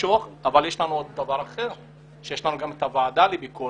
למשוך וכולי אבל יש לנו עוד דבר אחר וזאת הוועדה לביקורת